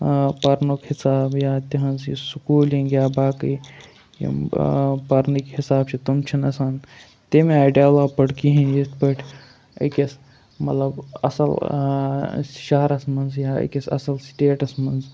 پَرنُک حِساب یا تِہٕنٛز یہِ سکوٗلِنٛگ یا باقٕے یِم پَرنٕکۍ حِساب چھِ تٕم چھِنہٕ آسان تمہِ آیہِ ڈٮ۪ولَپٕڈ کِہیٖنۍ یِتھ پٲٹھۍ أکِس مطلب اَصٕل شہرَس منٛز یا أکِس اَصٕل سٹیٹَس منٛز